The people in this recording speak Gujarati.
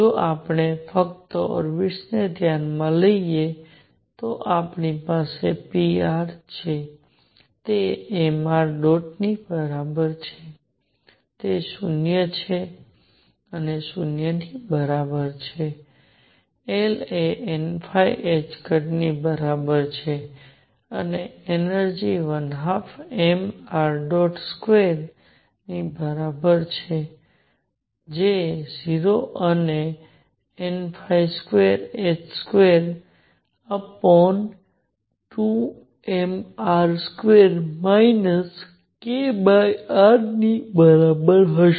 જો આપણે ફક્ત ઓર્બિટ્સને ધ્યાનમાં લઈએ તો આપણી પાસે pr છે તે mr ની બરાબર છે તે 0 ની બરાબર છે L એ n ની બરાબર છે અને એનર્જિ 12mr2 ની બરાબર છે જે 0 અને n222mR2 kr ની બરાબર હશે